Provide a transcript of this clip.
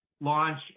launch